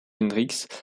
hendrix